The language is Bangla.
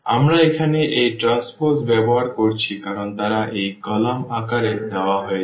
আমরা এখানে এই ট্রান্সপোজ ব্যবহার করেছি কারণ তারা এই কলাম আকারে দেওয়া হয়েছিল